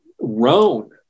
roan